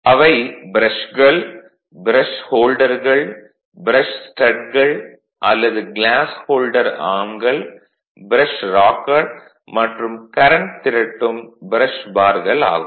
அவை ப்ரஷ்கள் ப்ரஷ் ஹோல்டர்கள் ப்ரஷ் ஸ்டட்கள் அல்லது க்ளாஸ் ஹோல்டர் ஆர்ம்கள் ப்ரஷ் ராக்கர் மற்றும் கரண்ட் திரட்டும் ப்ரஷ பார்கள் ஆகும்